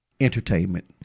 entertainment